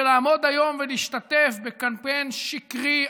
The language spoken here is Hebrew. לעמוד היום ולהשתתף בקמפיין שקרי,